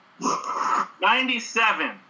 97